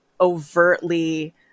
overtly